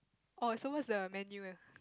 oh so what's the menu